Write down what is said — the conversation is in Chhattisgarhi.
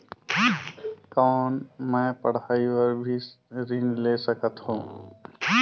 कौन मै पढ़ाई बर भी ऋण ले सकत हो?